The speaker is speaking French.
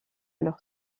leur